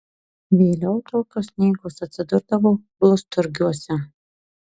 vėliau tokios knygos atsidurdavo blusturgiuose